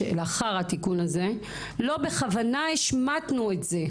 לאחר התיקון הזה: לא בכוונה השמטנו את זה,